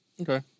Okay